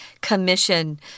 commission